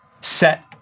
set